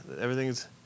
Everything's